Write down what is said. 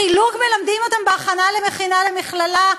חילוק מלמדים אותם בהכנה, במכינה, למכללה?